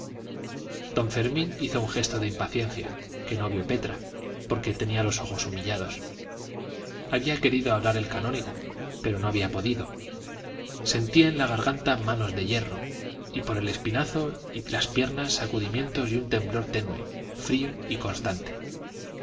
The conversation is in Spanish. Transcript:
don fermín hizo un gesto de impaciencia que no vio petra porque tenía los ojos humillados había querido hablar el canónigo pero no había podido sentía en la garganta manos de hierro y por el espinazo y las piernas sacudimientos y un temblor tenue frío y constante